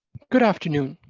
good afternoon.